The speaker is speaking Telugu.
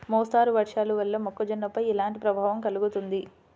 మోస్తరు వర్షాలు వల్ల మొక్కజొన్నపై ఎలాంటి ప్రభావం కలుగుతుంది?